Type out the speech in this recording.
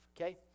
okay